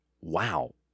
wow